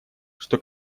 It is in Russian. что